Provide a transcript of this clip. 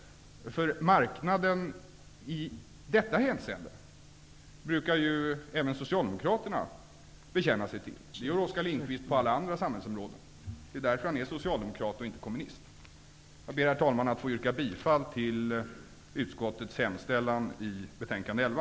Även Socialdemokraterna brukar ju bekänna sig till marknaden i detta hänseende. Det gör Oskar Lindkvist på alla andra samhällsområden. Det är därför som han är socialdemokrat och inte kommunist. Herr talman! Jag vill yrka bifall till utskottets hemställan i betänkande 11.